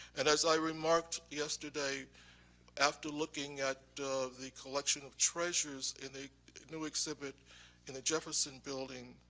and as i remarked yesterday after looking at the collection of treasures in a new exhibit in the jefferson building,